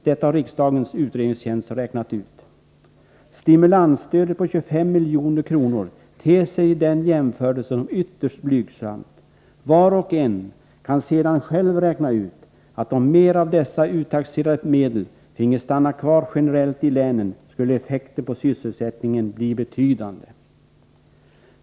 Detta har riksdagens utredningstjänst räknat ut. Stimulansstödet på 25 milj.kr. ter sig vid den jämförelsen ytterst blygsamt. Var och en kan sedan själv räkna ut, att om mer av dessa uttaxerade medel generellt finge stanna kvar i länen, skulle effekten på sysselsättningen bli betydande.